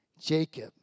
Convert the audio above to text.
Jacob